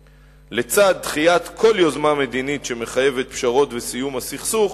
לצד דחיית כל יוזמה מדינית שמחייבת פשרות וסיום הסכסוך,